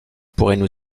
pourraient